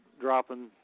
dropping